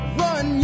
run